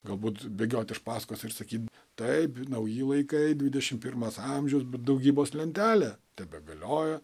galbūt bėgioti iš pasakos ir sakyt taip nauji laikai dvidešimt pirmas amžiaus bet daugybos lentelę tebegalioja